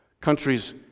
Countries